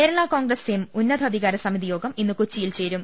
Kerala Congress M ഉന്നതാധികാര സമിതിയോഗം ഇന്ന് കൊച്ചിയിൽ ചേരും